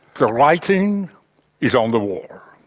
the writing is on the wall.